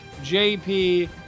JP